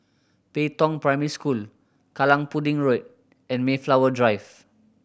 Pei Tong Primary School Kallang Pudding Road and Mayflower Drive